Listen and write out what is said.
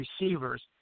receivers